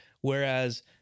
whereas